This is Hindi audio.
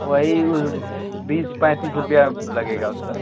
वही बीस पैंतीस रुपये लगेगा उसका